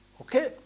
Okay